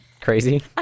crazy